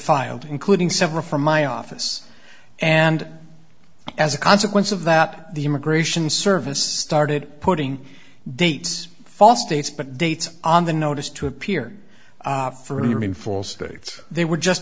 filed including several from my office and as a consequence of that up the immigration service started putting dates false dates but dates on the notice to appear for goods they were just